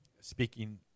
speaking